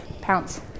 pounce